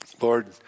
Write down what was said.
Lord